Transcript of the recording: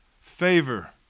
favor